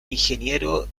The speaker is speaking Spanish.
ingeniero